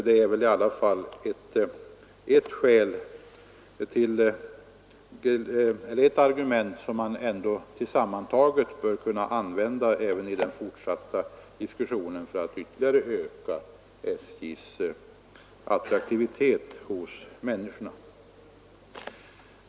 Det är väl ändå ett argument som tillsammantaget bör kunna användas i den fortsatta diskussionen för att ytterligare öka SJ:s attraktivitet gentemot människorna.